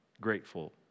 grateful